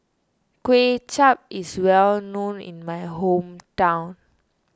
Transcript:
Kway Chap is well known in my hometown